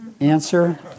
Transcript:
answer